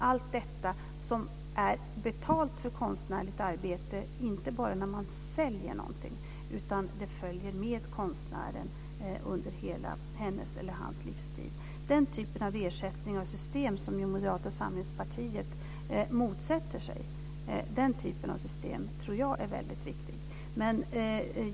Allt detta innebär att man får betalt för konstnärligt arbete inte bara när man säljer något. Det följer med konstnären under hela hennes eller hans livstid. Den typen av ersättningar och system, som ju Moderata samlingspartiet motsätter sig, tror jag är väldigt viktiga.